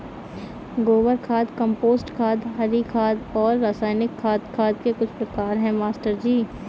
गोबर खाद कंपोस्ट खाद हरी खाद और रासायनिक खाद खाद के कुछ प्रकार है मास्टर जी